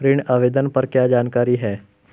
ऋण आवेदन पर क्या जानकारी है?